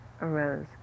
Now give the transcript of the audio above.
arose